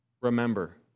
remember